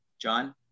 John